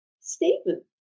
statement